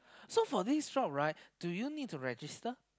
so for this job right do you need to register